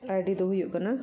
ID ᱫᱚ ᱦᱩᱭᱩᱜ ᱠᱟᱱᱟ